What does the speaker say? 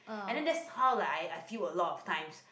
and then that's how like I I feel a lot of times